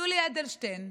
יולי אדלשטיין,